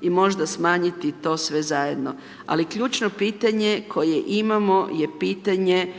i možda smanjiti to sve zajedno. Ali ključno pitanje koje imamo je pitanje